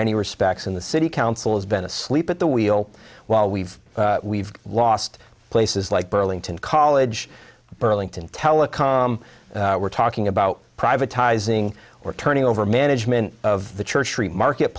many respects in the city council's been asleep at the wheel while we've we've lost places like burlington college burlington telecom we're talking about privatizing or turning over management of the church free market